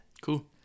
Cool